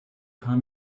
paar